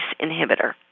inhibitor